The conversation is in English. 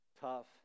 tough